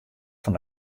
fan